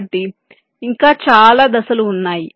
కాబట్టి ఇంకా చాలా దశలు ఉన్నాయి